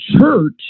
church